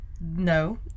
No